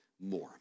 more